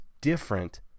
different